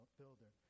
builder